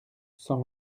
cent